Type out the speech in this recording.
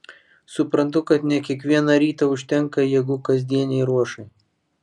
suprantu kad ne kiekvieną rytą užtenka jėgų kasdienei ruošai